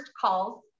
calls